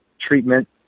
treatment